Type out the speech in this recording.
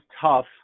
tough